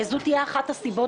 זאת תהיה אחת הסיבות,